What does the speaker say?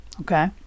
Okay